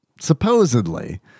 supposedly